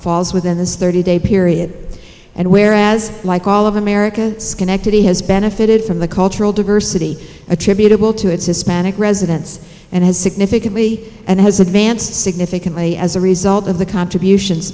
falls within this thirty day period and where as like all of america schenectady has benefited from the cultural diversity attributable to its hispanic residents and has significantly and has advanced significantly as a result of the contributions